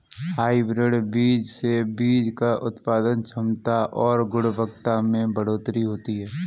hybrid बीज से बीज की उत्पादन क्षमता और गुणवत्ता में बढ़ोतरी होती है